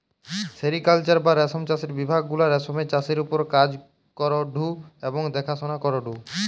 sericulture বা রেশম চাষের বিভাগ গুলা রেশমের চাষের ওপর কাজ করঢু এবং দেখাশোনা করঢু